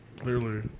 Clearly